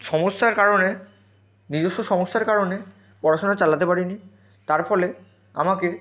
সমস্যার কারণে নিজস্ব সমস্যার কারণে পড়াশোনা চালাতে পারি নি তার ফলে আমাকে